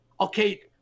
okay